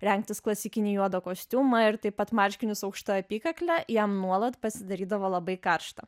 rengtis klasikinį juodą kostiumą ir taip pat marškinius aukšta apykakle jam nuolat pasidarydavo labai karšta